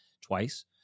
twice